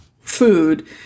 food